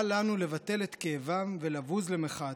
אל לנו לבטל את כאבם ולבוז למחאתם.